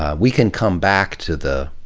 ah we can come back to the,